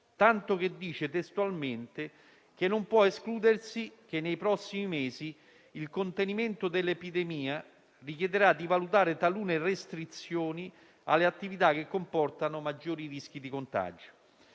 tanto che dice testualmente che non può escludersi che nei prossimi mesi il contenimento dell'epidemia richiederà di valutare talune e restrizioni alle attività che comportano maggiori rischi di contagio.